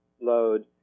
load